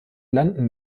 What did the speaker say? landen